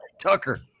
Tucker